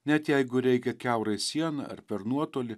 net jeigu reikia kiaurai sieną ar per nuotolį